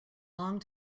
long